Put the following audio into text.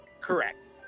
Correct